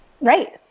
Right